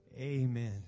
amen